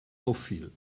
auffiel